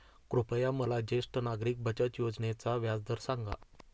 कृपया मला ज्येष्ठ नागरिक बचत योजनेचा व्याजदर सांगा